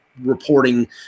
reporting